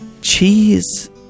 cheese